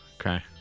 Okay